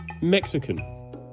Mexican